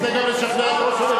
הוא רוצה לשכנע גם את ראש הממשלה.